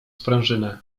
sprężynę